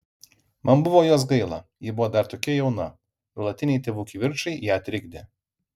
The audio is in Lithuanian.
man buvo jos gaila ji buvo dar tokia jauna nuolatiniai tėvų kivirčai ją trikdė